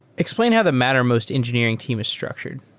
explain how the mattermost engineering team is structured.